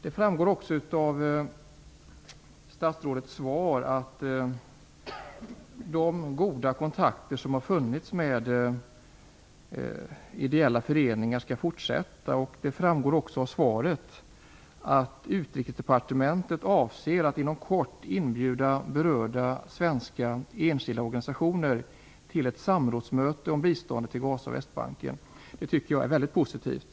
Det framgår också av statsrådets svar att de goda kontakter som ideella föreningar har haft skall fortsätta och att Utrikesdepartementet avser att inom kort inbjuda berörda svenska enskilda organisationer till ett samrådsmöte om biståndet i Gaza och på Västbanken. Det är väldigt positivt.